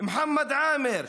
מוחמד עאמר,